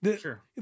Sure